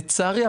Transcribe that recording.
לצערי,